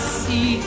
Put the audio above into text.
see